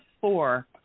four